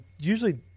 usually